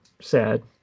Sad